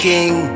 King